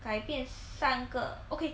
改变三个 okay